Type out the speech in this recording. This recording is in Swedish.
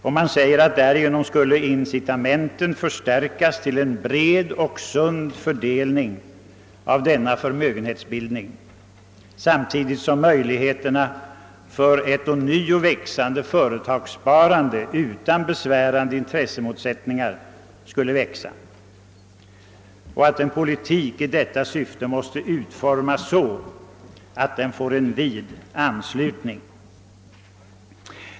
Det sägs att därigenom skulle incitamenten förstärkas till en bred och sund fördelning av denna förmögenhetsbildning samtidigt som möjligheterna för ett ånyo växande företagssparande utan besvärande intressemotsättningar skulle växa; en politik i detta syfte skulle utformas så att den får en vid anslutning.